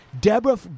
Deborah